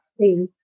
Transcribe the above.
see